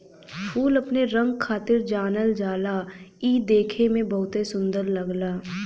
फूल अपने रंग खातिर जानल जाला इ देखे में बहुते सुंदर लगला